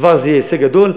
כבר זה יהיה הישג גדול,